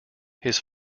his